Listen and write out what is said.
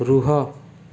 ରୁହ